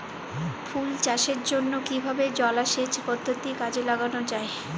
ফুল চাষের জন্য কিভাবে জলাসেচ পদ্ধতি কাজে লাগানো যাই?